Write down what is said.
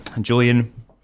Julian